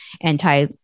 anti